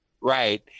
Right